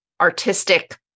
artistic